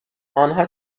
آنها